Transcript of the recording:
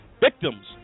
victims